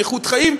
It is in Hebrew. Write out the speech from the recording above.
עם איכות חיים,